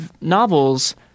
novels